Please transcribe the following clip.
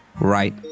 right